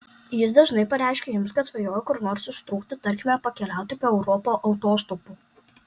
jis dažnai pareiškia jums kad svajoja kur nors ištrūkti tarkime pakeliauti po europą autostopu